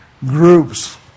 groups